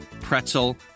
pretzel